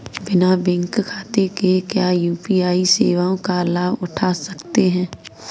बिना बैंक खाते के क्या यू.पी.आई सेवाओं का लाभ उठा सकते हैं?